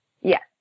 Yes